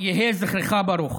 יהי זכרך ברוך.